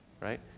Right